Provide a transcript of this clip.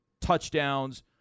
touchdowns